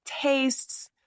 tastes